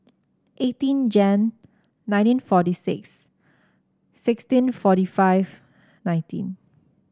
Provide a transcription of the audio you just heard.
eighteen Jan nineteen forty six sixteen forty five nineteen